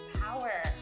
power